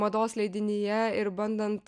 mados leidinyje ir bandant